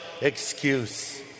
excuse